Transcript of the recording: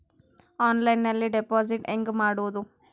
ಆನ್ಲೈನ್ನಲ್ಲಿ ಡೆಪಾಜಿಟ್ ಹೆಂಗ್ ಮಾಡುದು?